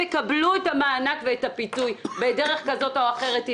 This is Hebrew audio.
יקבלו את המענק ואת הפיצוי בדרך כזאת או אחרת,